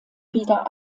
wieder